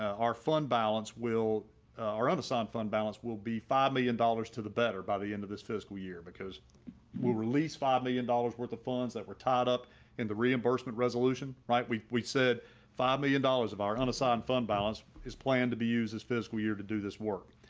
our fund balance will our unassigned fund balance will be five million dollars to the better by the end of this fiscal year because we'll release five million and dollars worth of funds that were tied up in the reimbursement resolution, right, we we said five million dollars of our unassigned fund balance is planned to be used as fiscal year to do this work.